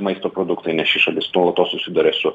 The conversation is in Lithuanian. maisto produktai nes ši šalis nuolatos susiduria su